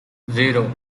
zero